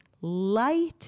light